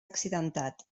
accidentat